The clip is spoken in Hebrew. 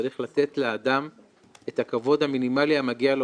צריך לתת לאדם את הכבוד המינימלי המגיע לו